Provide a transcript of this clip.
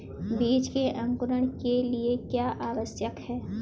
बीज के अंकुरण के लिए क्या आवश्यक है?